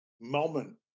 moment